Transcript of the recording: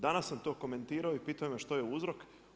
Danas sam to komentirao i pitaju me što je uzrok.